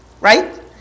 Right